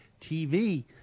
TV